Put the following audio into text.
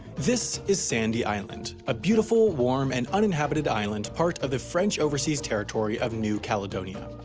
this is sandy island a beautiful, warm, and uninhabited island part of the french overseas territory of new caledonia.